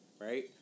Right